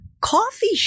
coffee